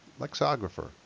lexographer